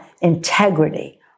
integrity